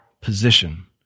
position